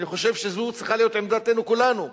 אני חושב שזו צריכה להיות עמדתנו כולנו,